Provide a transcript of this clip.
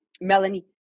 Melanie